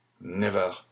Never